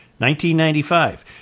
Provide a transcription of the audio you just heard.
1995